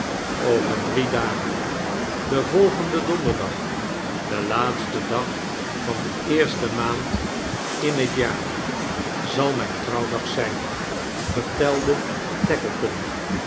over drie dagen den volgenden donderdag de laatste dag van de eerste maand in het jaar zal mijn trouwdag zijn